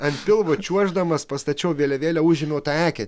ant pilvo čiuoždamas pastačiau vėliavėlę užėmiau tą eketę